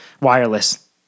wireless